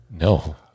No